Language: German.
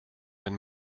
wenn